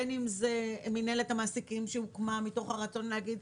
בין אם זה מינהלת המעסיקים שהוקמה מתוך הרצון להגיד,